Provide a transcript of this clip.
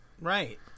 right